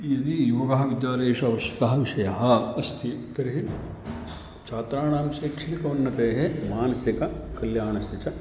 यदि योगः विद्यालयेषु आवश्यकः विषयः अस्ति तर्हि छात्राणां शैक्षिक उन्नतेः मानसिक कल्याणस्य च